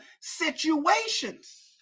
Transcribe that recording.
situations